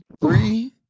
three